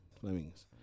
Fleming's